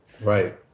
Right